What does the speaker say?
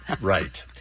Right